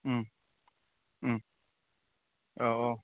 औ औ